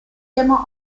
gemma